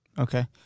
Okay